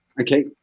Okay